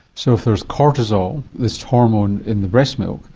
so if there is cortisol, this hormone in the breast milk,